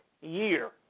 year